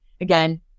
Again